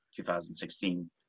2016